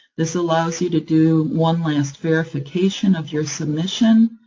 this allows you to do one last verification of your submission.